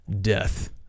Death